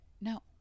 No